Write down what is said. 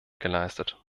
geleistet